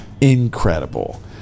incredible